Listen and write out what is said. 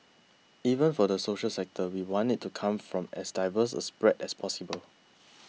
even for the social sector we want it to come from as diverse a spread as possible